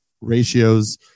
ratios